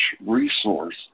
resource